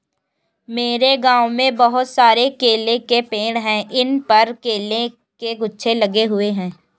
मेरे गांव में बहुत सारे केले के पेड़ हैं इन पर केले के गुच्छे लगे हुए हैं